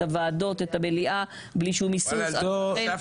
את הוועדות, את המליאה, בלי שום היסוס --- תודה.